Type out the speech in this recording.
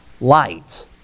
light